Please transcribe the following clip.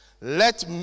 let